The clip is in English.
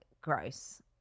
gross